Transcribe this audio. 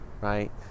right